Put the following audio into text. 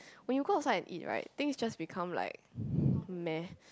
when you cook outside and eat right think just become like meh